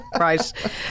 Right